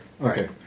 Okay